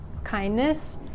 kindness